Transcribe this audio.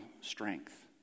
strength